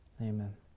amen